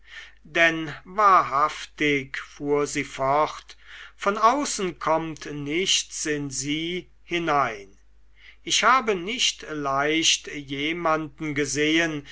denn wahrhaftig fuhr sie fort von außen kommt nichts in sie hinein ich habe nicht leicht jemanden gesehen